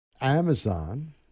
Amazon